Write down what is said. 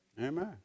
Amen